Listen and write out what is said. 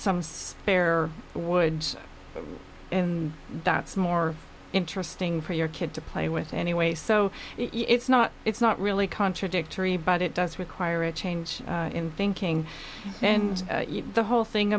some bare wood that's more interesting for your kid to play with anyway so it's not it's not really contradictory but it does require a change in thinking and the whole thing